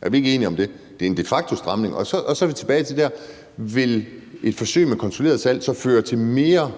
Er vi ikke enige om det? Det er en de facto-stramning. Så er vi tilbage til, om et forsøg med kontrolleret salg så vil føre til mere